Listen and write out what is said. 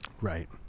Right